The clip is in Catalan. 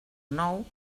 nou